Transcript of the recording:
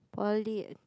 poly